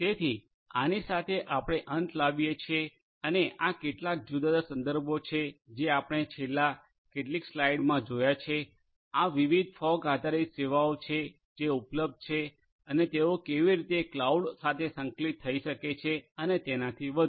તેથી આની સાથે આપણે અંત લાવીએ છીએ અને આ કેટલાક જુદા જુદા સંદર્ભો છે જે આપણે છેલ્લી કેટલીક સ્લાઇડ્સમા જોયા છે આ વિવિધ ફોગ આધારિત સેવાઓ છે જે ઉપલબ્ધ છે અને તેઓ કેવી રીતે ક્લાઉડ સાથે સંકલિત થઈ શકે છે અને એનાથી વધુ